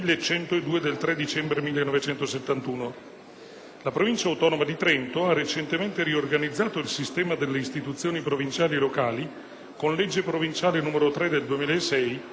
La Provincia autonoma di Trento ha recentemente riorganizzato il sistema delle istituzioni provinciali e locali con legge provinciale n. 3 del 2006, recante norme in materia di governo dell'autonomia del Trentino.